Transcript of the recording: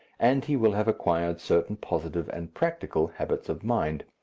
and he will have acquired certain positive and practical habits of mind.